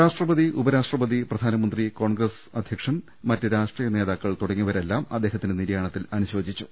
രാഷ്ട്രപതി ഉപരാഷ്ട്രപതി പ്രധാനമന്ത്രി കോൺഗ്രസ് അധ്യക്ഷൻ മറ്റ് രാഷ്ട്രീയ നേതാക്കൾ തുടങ്ങിയവരെല്ലാം അദ്ദേഹത്തിന്റെ നിര്യാണത്തിൽ അനുശോചിച്ചു